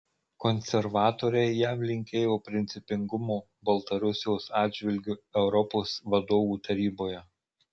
konservatoriai jam linkėjo principingumo baltarusijos atžvilgiu europos vadovų taryboje